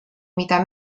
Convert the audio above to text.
mida